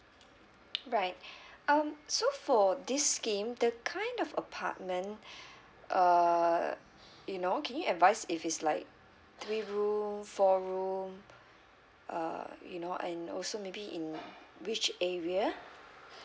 right um so for this scheme the kind of apartment uh you know can you advise if it's like three room four room uh you know and also maybe in which area